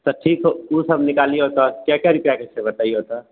तऽ ठीक ओसब निकाल लियौ तऽ कै कै रूपैआ के छै बतैयौ तऽ